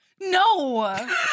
No